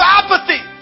apathy